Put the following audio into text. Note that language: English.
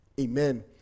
Amen